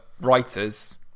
writers